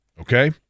Okay